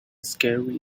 scary